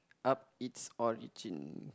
up it's origin